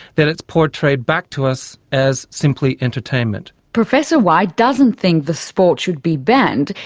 then it's portrayed back to us as simply entertainment. professor white doesn't think the sport should be banned.